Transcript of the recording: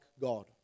God